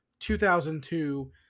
2002